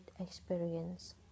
experience